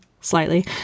slightly